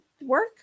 Work